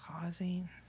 causing